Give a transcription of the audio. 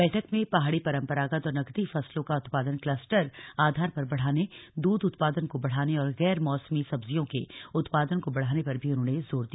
बैठक में पहाड़ी परम्परागत और नकदी फसलों का उत्पादन क्लस्टर आधार पर बढ़ाने दूध उत्पादन को बढ़ाने और गैर मौसमी सब्जियों के उत्पादन को बढ़ाने पर भी उन्होंने जोर दिया